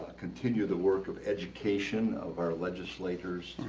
ah continue the work of education of our legislators